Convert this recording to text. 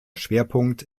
schwerpunkt